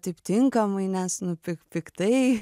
taip tinkamai nes nu pik piktai